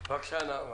בבקשה, נעמה.